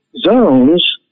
zones